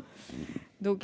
Oh !